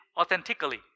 authentically